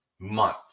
month